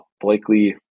Blakely